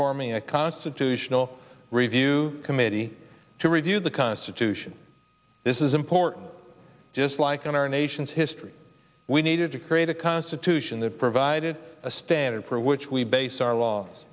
forming a constitutional review committee to review the constitution this is important just like in our nation's history we needed to create a constitution that provided a standard for which we base our laws